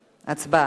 הצבעה.